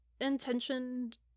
intentioned